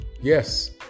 Yes